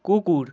কুকুর